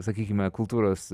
sakykime kultūros